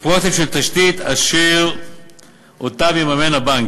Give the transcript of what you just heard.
בפרויקטים של תשתית אשר הבנק יממנם.